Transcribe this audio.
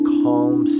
calm